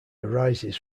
arises